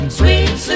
sweet